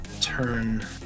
turn